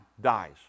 dies